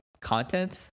content